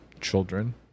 children